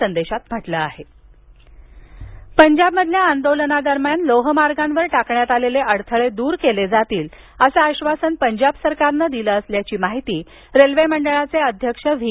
railway Punjab पंजाबमधल्या आंदोलनादरम्यान लोहमार्गांवर टाकण्यात आलेले अडथळे दूर केले जातील असं आश्वासन पंजाब सरकारनं दिलं असल्याची माहिती रेल्वे मंडळाचे अध्यक्ष व्ही